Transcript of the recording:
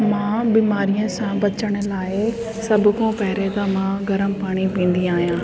मां बीमारीअ सां बचण लाइ सभु खां पहिरों त मां गर्मु पाणी पीअंदी आहियां